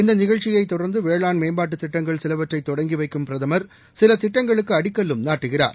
இந்த நிகழ்ச்சியைத் தொடர்ந்து வேளாண் மேம்பாட்டு திட்டங்கள் சிலவற்றை தொடங்கி வைக்கும் பிரதமர் சில திட்டங்களுக்கு அடிக்கல்லும் நாட்டுகிறார்